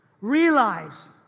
realize